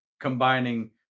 combining